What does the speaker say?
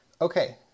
Okay